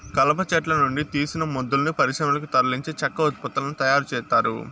కలప చెట్ల నుండి తీసిన మొద్దులను పరిశ్రమలకు తరలించి చెక్క ఉత్పత్తులను తయారు చేత్తారు